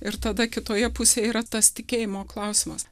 ir tada kitoje pusėje yra tas tikėjimo klausimas